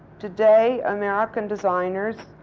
today, american designers,